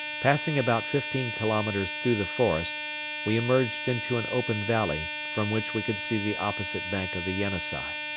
passing about fifteen kilometres through the forest we emerged into an open valley, from which we could see the opposite bank of the yenisei.